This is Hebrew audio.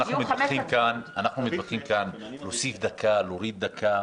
אנחנו מתווכחים כאן על הוספת דקה, הורדת דקה,